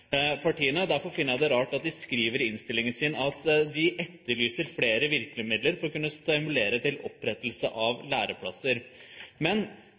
partiene. Derfor finner jeg det rart at de skriver i innstillingen at de «etterlyser derfor flere virkemidler som kan stimulere til opprettelse av flere læreplasser». Men